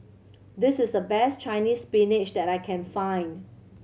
this is the best Chinese Spinach that I can find